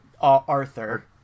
arthur